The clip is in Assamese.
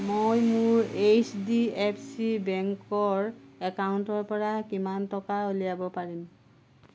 মই মোৰ এইচ ডি এফ চি বেংকৰ একাউণ্টৰ পৰা কিমান টকা উলিয়াব পাৰিম